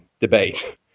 debate